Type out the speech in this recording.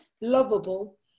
lovable